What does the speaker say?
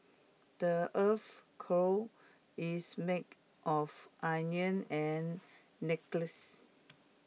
the Earth's core is made of iron and necklace